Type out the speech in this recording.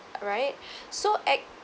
alright so act